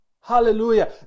Hallelujah